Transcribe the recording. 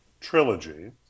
trilogy